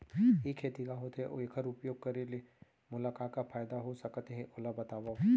ई खेती का होथे, अऊ एखर उपयोग करे ले मोला का का फायदा हो सकत हे ओला बतावव?